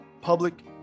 Public